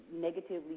negatively